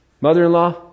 mother-in-law